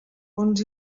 bons